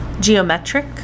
geometric